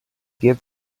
gives